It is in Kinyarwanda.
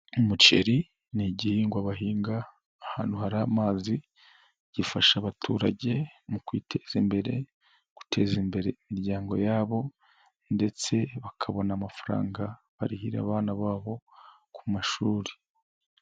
Umuceri ni igihingwa bahinga ahantu hari amazi, gifasha abaturage mu kwiteza imbere, guteza imbere imiryango yabo ndetse bakabona amafaranga, barihira abana babo ku mashuri.